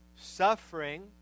Suffering